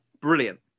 brilliant